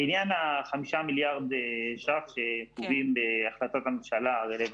לעניין החמישה מיליארד שקלים שנקובים בהחלטת הממשלה הרלוונטית,